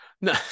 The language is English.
No